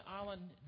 island